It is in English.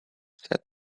said